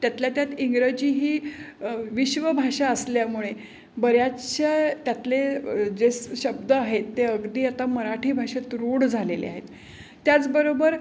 त्यातल्या त्यात इंग्रजी ही विश्व भाषा असल्यामुळे बऱ्याचश्या त्यातले जे शब्द आहेत ते अगदी आता मराठी भाषेत रूढ झालेले आहेत त्याचबरोबर